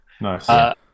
Nice